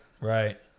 Right